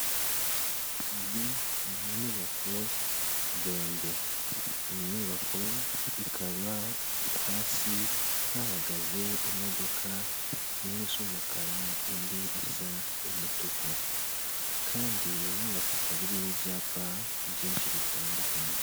Iyi ni inyubako ndende, iyi nyubako ikaba hasi hahagaze imodoka imwe isa umukara, indi isa umutuku, kandi iyi nyubako ikaba riho ibyapa byinshi bitandukanye.